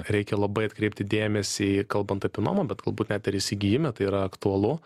reikia labai atkreipti dėmesį į kalbant apie nuomą bet galbūt net ir įsigijime tai yra aktualu